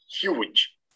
huge